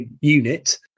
unit